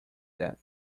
that